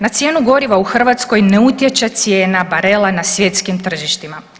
Na cijenu goriva u Hrvatskoj ne utječe cijena barela na svjetskim tržištima.